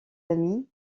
amis